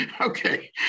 Okay